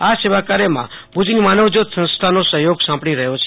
આ સેવાકાર્યમાં ભુજની માનવ જયોત સંસ્થાનો સહયોગ સાંપડી રહ્યો છે